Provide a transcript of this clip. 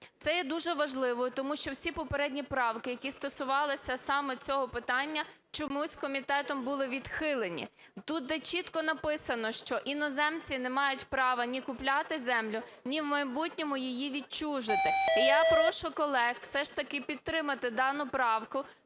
Це є дуже важливим, тому що всі попередні правки, які стосувалися саме цього питання, чомусь комітетом були відхилені. Тут, де чітко написано, що іноземці не мають права ні купляти землю, ні в майбутньому її відчужити. І я прошу колег все ж таки підтримати дану правку,